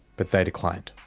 but they declined.